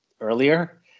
earlier